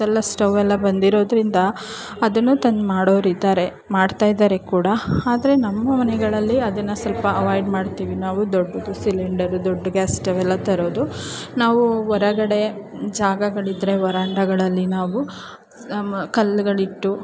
ಎಲ್ಲ ಸ್ಟೌವೆಲ್ಲ ಬಂದಿರೋದರಿಂದ ಅದನ್ನೂ ತಂದು ಮಾಡೋರಿದ್ದಾರೆ ಮಾಡ್ತಾಯಿದ್ದಾರೆ ಕೂಡ ಆದರೆ ನಮ್ಮ ಮನೆಗಳಲ್ಲಿ ಅದನ್ನು ಸ್ವಲ್ಪ ಅವಾಯ್ಡ್ ಮಾಡ್ತೀವಿ ನಾವು ದೊಡ್ಡದು ಸಿಲಿಂಡರು ದೊಡ್ಡ ಗ್ಯಾಸ್ ಸ್ಟೌವೆಲ್ಲ ತರೋದು ನಾವು ಹೊರಗಡೆ ಜಾಗಗಳಿದ್ದರೆ ವರಾಂಡಗಳಲ್ಲಿ ನಾವು ಮ ಕಲ್ಲುಗಳಿಟ್ಟು